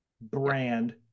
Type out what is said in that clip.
brand